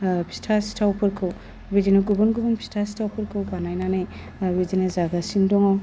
फिथा सिथावफोरखौ बिदिनो गुबुन गुबुन फिथा सिथावफोरखौ बानायनानै आरो जोङो जागासिनो दङ